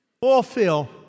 Fulfill